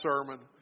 sermon